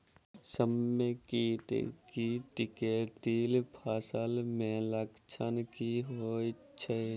समेकित कीट केँ तिल फसल मे लक्षण की होइ छै?